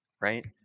Right